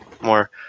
More